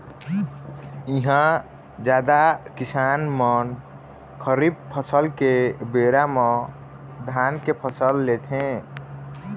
इहां जादा किसान मन खरीफ फसल के बेरा म धान के फसल लेथे